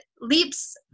leaps